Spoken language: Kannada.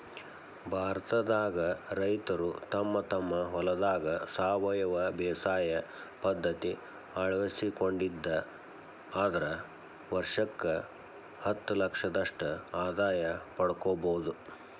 ಭಾರತದಾಗ ರೈತರು ತಮ್ಮ ತಮ್ಮ ಹೊಲದಾಗ ಸಾವಯವ ಬೇಸಾಯ ಪದ್ಧತಿ ಅಳವಡಿಸಿಕೊಂಡಿದ್ದ ಆದ್ರ ವರ್ಷಕ್ಕ ಹತ್ತಲಕ್ಷದಷ್ಟ ಆದಾಯ ಪಡ್ಕೋಬೋದು